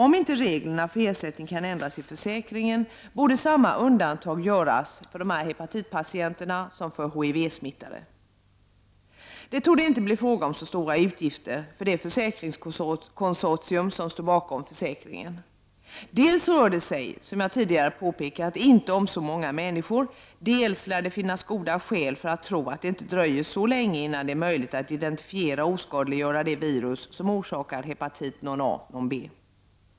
Om inte reglerna för ersättning kan ändras i försäkringen borde samma undantag göras som för HIV-smittade. Det torde inte bli stora utgifter för det försäkringskonsortium som står bakom försäkringen. Dels rör det sig, som jag tidigare påpekat, inte om så många människor, dels lär det finnas goda skäl för att tro att det inte dröjer så länge innan det är möjligt att identifiera och oskadliggöra det virus som orsakat hepatit non A non B.